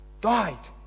died